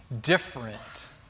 different